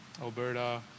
Alberta